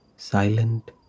silent